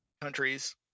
countries